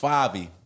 Fabi